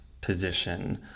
position